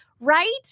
Right